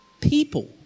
people